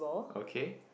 okay